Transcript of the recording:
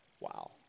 Wow